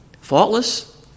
Faultless